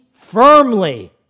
firmly